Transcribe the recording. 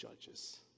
judges